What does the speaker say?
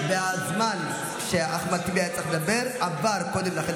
והזמן שאחמד טיבי היה צריך לדבר עבר קודם לכן,